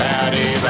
Patty